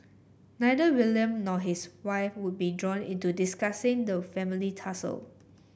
neither William nor his wife would be drawn into discussing the family tussle